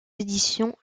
éditions